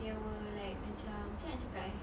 there were like macam camne nak cakap eh